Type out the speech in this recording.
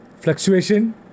fluctuation